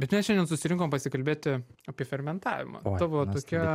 bet mes šiandien susirinkom pasikalbėti apie fermentavimą tavo tokia